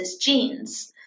genes